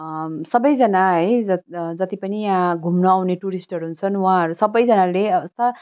सबैजना है जत जति पनि यहाँ घुम्न आउने टुरिस्टहरू हुन्छन् उँहाहरू सबैजनाले